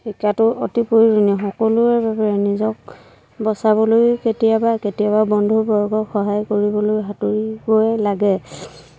শিকাটো অতি প্ৰয়োজনীয় সকলোৰে বাবে নিজক বচাবলৈও কেতিয়াবা কেতিয়াবা বন্ধুবৰ্গক সহায় কৰিবলৈ সাঁতুৰিব লাগে